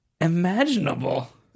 imaginable